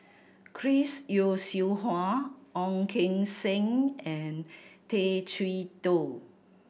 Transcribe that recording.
Chris Yeo Siew Hua Ong Keng Sen and Tay Chee Toh